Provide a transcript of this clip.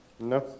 No